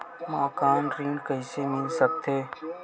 मकान ऋण कइसे मिल सकथे?